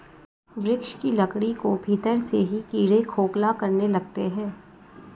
वृक्ष के लकड़ी को भीतर से ही कीड़े खोखला करने लगते हैं